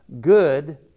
good